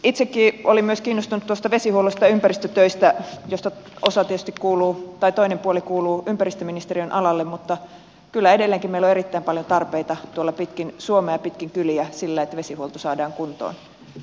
itsekin olin kiinnostunut myös tuosta vesihuollosta ja ympäristötöistä josta tietysti toinen puoli kuuluu ympäristöministeriön alalle mutta kyllä edelleenkin meillä on erittäin paljon tarpeita tuolla pitkin suomea ja pitkin kyliä sille että vesihuolto saadaan kuntoon